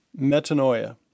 metanoia